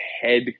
head